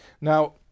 Now